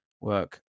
work